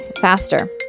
faster